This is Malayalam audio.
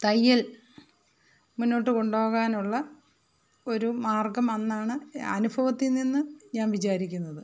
തയ്യൽ മുന്നോട്ട് കൊണ്ട് പോകാനുള്ള ഒരു മാർഗ്ഗമെന്നാണ് അനുഭവത്തിൽ നിന്ന് ഞാൻ വിചാരിക്കുന്നത്